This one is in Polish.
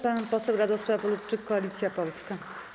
Pan poseł Radosław Lubczyk, Koalicja Polska.